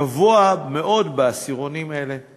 גבוה מאוד בעשירונים אלה.